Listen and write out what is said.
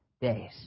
days